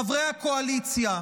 חברי הקואליציה,